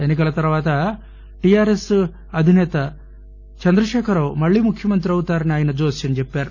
ఎన్ని కల తర్వాత టిఆర్ఎస్ అధిసేత చంద్రశేఖర్ రావు మళ్లీ ముఖ్యమంత్రి అవుతారని ఆయన జోస్యం చెప్పారు